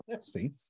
see